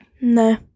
No